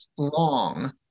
long